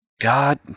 God